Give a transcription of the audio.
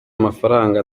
mafaranga